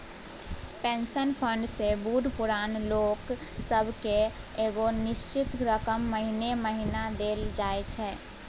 pension fund सँ बूढ़ पुरान लोक सब केँ एगो निश्चित रकम महीने महीना देल जाइ छै